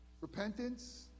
Repentance